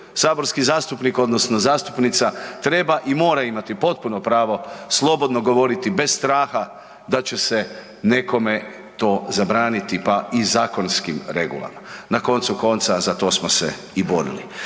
Saborski zastupnik odnosno zastupnica treba i mora imati potpuno pravo slobodno govoriti bez straha da će se nekome to zabraniti, pa i zakonskim regulama. Na koncu konca za to smo se i borili.